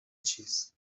چیز